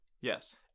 yes